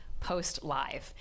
#PostLive